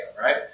right